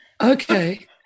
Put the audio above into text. okay